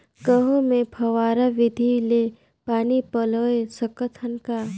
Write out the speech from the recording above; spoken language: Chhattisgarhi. गहूं मे फव्वारा विधि ले पानी पलोय सकत हन का?